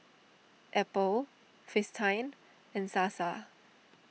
Apple Fristine and Sasa